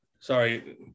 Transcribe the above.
Sorry